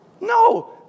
No